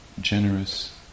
generous